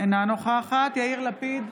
אינה נוכחת יאיר לפיד,